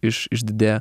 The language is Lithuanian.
iš išdidėjo